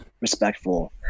respectful